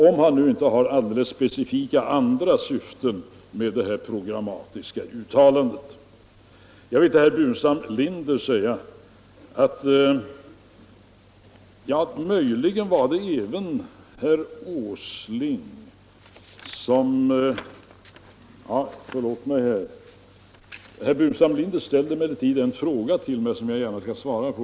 Det gäller även herr Åsling, såvida han inte har några andra, speciella syften med sitt programmatiska uttalande. Herr Burenstam Linder ställde en fråga till mig som jag gärna skall svara på.